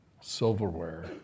silverware